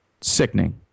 Sickening